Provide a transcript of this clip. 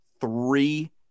three